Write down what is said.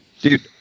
Dude